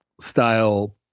style